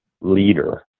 leader